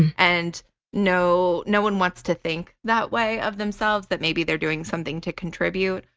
and no no one wants to think that way of themselves, that maybe they're doing something to contribute,